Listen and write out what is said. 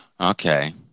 Okay